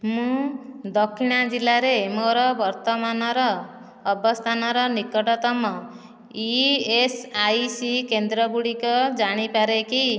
ମୁଁ ଦକ୍ଷିଣା ଜିଲ୍ଲାରେ ମୋ'ର ବର୍ତ୍ତମାନର ଅବସ୍ଥାନର ନିକଟତମ ଇ ଏସ୍ ଆଇ ସି କେନ୍ଦ୍ରଗୁଡ଼ିକ ଜାଣିପାରେ କି